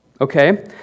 Okay